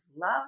love